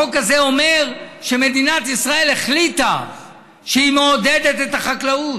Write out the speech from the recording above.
החוק הזה אומר שמדינת ישראל החליטה שהיא מעודדת את החקלאות,